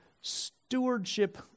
stewardship